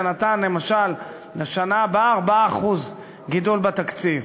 זה נתן למשל לשנה הבאה 4% גידול בתקציב.